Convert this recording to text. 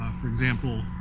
for example,